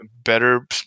better